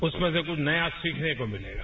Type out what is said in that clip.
उसमें से कुछ नया सीखने को मिलेगा